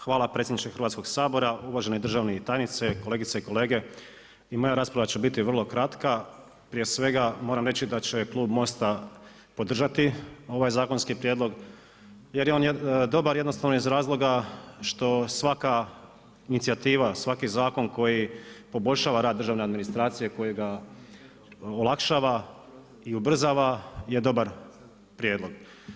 Hvala predsjedniče Hrvatskog sabora, uvaženi državni tajnici, kolegice i kolege, i moja rasprava će biti vrlo kratka, prije svega, moram reći da će klub MOST-a podržati ovaj zakonski prijedlog jer je on dobar jednostavno iz razloga što svaka inicijativa, svaki zakon koji poboljšava rad državne administracije, kojega olakšava i ubrzava jer dobar prijedlog.